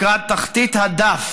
לקראת תחתית הדף